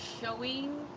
showing